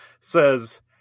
says